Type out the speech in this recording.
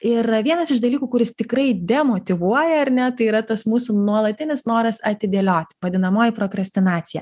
ir vienas iš dalykų kuris tikrai demotyvuoja ar ne tai yra tas mūsų nuolatinis noras atidėlioti vadinamoji prokrastinacija